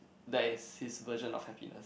that is his version of happiness